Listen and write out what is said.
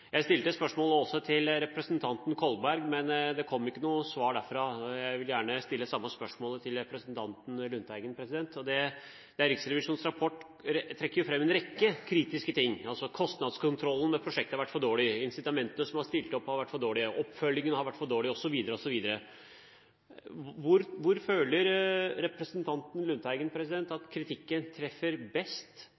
Jeg stilte et spørsmål til representanten Kolberg, men det kom ikke noe svar derfra, så jeg vil gjerne stille det samme spørsmålet til representanten Lundteigen. Riksrevisjonens rapport trekker jo fram en rekke kritiske ting. Kostnadskontrollen ved prosjektet har vært for dårlig, incitamentene som har blitt stilt opp, har vært for dårlig, oppfølgingen har vært for dårlig osv. osv. Hvor føler representanten Lundteigen at